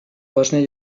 bòsnia